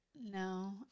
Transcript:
No